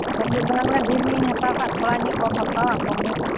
ᱦᱮᱸ ᱢᱤᱫ ᱫᱷᱟᱣ ᱨᱮ ᱰᱷᱮᱨᱧᱚᱜ ᱤᱧ ᱦᱟᱛᱟᱣ ᱠᱷᱟᱱ ᱛᱷᱚᱲᱟ ᱧᱚᱜ ᱵᱟᱢ ᱦᱟᱛᱟᱣᱟ ᱠᱚᱢ ᱧᱚᱜ